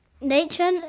Nature